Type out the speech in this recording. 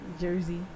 Jersey